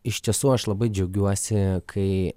iš tiesų aš labai džiaugiuosi kai